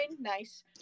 nice